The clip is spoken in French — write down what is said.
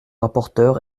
rapporteur